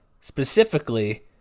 specifically